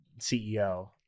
CEO